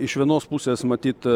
iš vienos pusės matyt